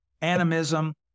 animism